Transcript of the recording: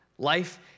Life